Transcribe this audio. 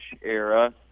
era